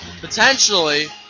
potentially